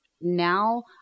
Now